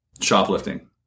shoplifting